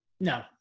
no